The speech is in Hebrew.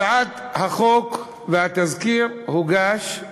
הצעת החוק והתזכיר הוגשו,